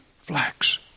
flax